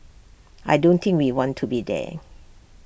I don't think we want to be there